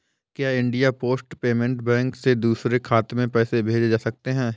क्या India post payment bank से दूसरे खाते में पैसे भेजे जा सकते हैं?